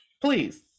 please